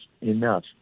enough